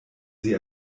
sie